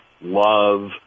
love